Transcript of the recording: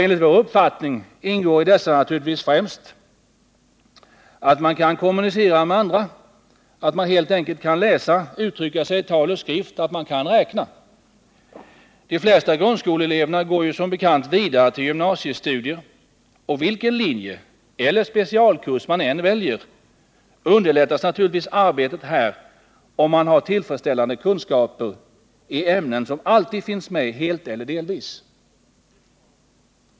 Enligt vår uppfattning ingår i dessa naturligtvis främst att man kan kommunicera med andra, att man helt enkelt kan läsa och uttrycka sig i tal och skrift, att man kan räkna. De flesta grundskoleeleverna går som bekant vidare till gymnasiestudier, och vilken linje eller specialkurs man än väljer underlättas naturligtvis arbetet här om man har tillfredsställande kunskaper i ämnen som alltid finns med, helt eller delvis.